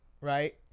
right